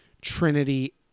Trinity